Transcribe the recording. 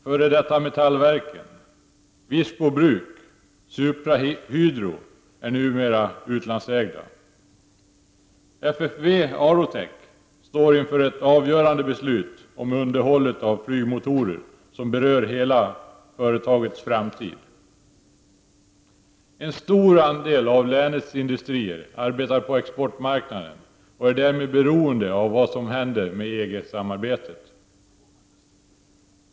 F.d. Metallverken, Virsbo bruk och Supra Hydro är numera utlandsägda. FFV Aerotech står inför ett avgörande beslut om underhållet av flygmotorer, som berör hela företagets framtid. En stor andel av länets industri arbetar på exportmarknaden och är därmed beroende av vad som händer med EG-samarbetet.